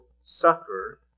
suffer